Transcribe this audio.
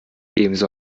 ebenso